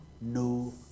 no